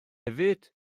hefyd